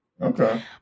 Okay